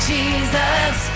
Jesus